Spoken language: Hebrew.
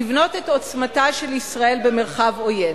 לבנות את עוצמתה של ישראל במרחב עוין.